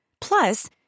Plus